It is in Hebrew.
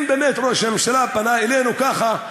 אם באמת ראש הממשלה פנה אלינו ככה,